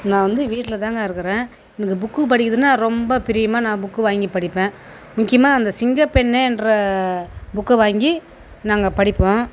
நான் வந்து வீட்டில் தாங்க இருக்கிறேன் எனக்கு புக்கு படிக்கிறதுனால் ரொம்ப பிரியமாக நான் புக்கு வாங்கி படிப்பேன் முக்கியமாக அந்த சிங்கப்பெண்ணேன்ற புக்கை வாங்கி நாங்கள் படிப்போம்